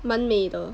蛮美的